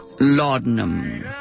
Laudanum